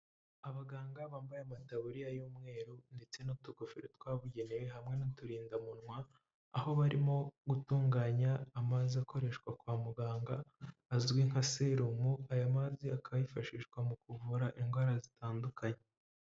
Abaganga bambaye amataburiya y'umweru ndetse n'utugofero twabugenewe hamwe n'uturindamunwa, aho barimo gutunganya amazi akoreshwa kwa muganga azwi nka serumu, aya mazi akaba yifashishwa mu kuvura indwara zitandukanye.